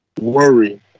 worry